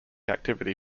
activity